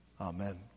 Amen